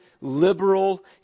liberal